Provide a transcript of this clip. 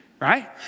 right